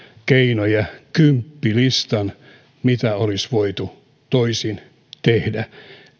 keinoja kymppilistan mitä olisi voitu toisin tehdä